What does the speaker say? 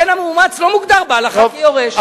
הבן המאומץ לא מוגדר בהלכה כיורש.